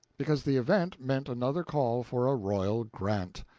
because the event meant another call for a royal grant.